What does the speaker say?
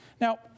Now